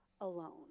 alone